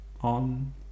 on